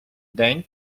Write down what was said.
день